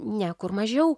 ne kur mažiau